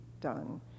done